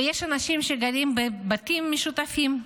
ויש אנשים שגרים בבתים משותפים,